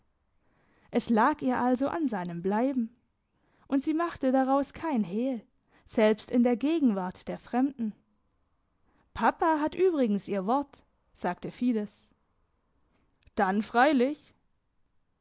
es lag ihr also an seinem bleiben und sie machte daraus kein hehl selbst in der gegenwart der fremden papa hat übrigens ihr wort sagte fides dann freilich